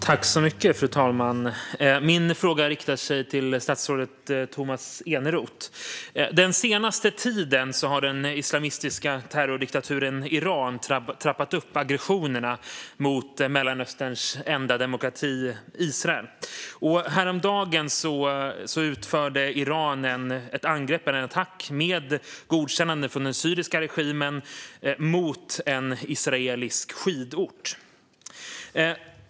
Fru talman! Min fråga riktar sig till statsrådet Tomas Eneroth. Den senaste tiden har den islamistiska terrordiktaturen Iran trappat upp aggressionerna mot Mellanösterns enda demokrati Israel. Häromdagen utförde Iran ett angrepp, en attack, med godkännande från den syriska regimen mot en israelisk skidort.